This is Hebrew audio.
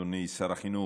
אדוני שר החינוך,